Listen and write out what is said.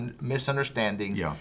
misunderstandings